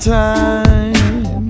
time